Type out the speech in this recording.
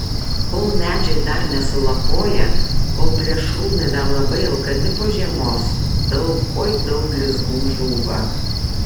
kol medžiai dar nesulapoję kol plėšrūnai dar labai alkani po žiemos daug oi daug lizdų žūva